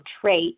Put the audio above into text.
trait